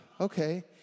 Okay